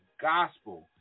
gospel